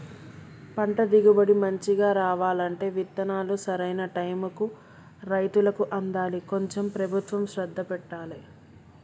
పంట దిగుబడి మంచిగా రావాలంటే విత్తనాలు సరైన టైముకు రైతులకు అందాలి కొంచెం ప్రభుత్వం శ్రద్ధ పెట్టాలె